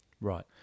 Right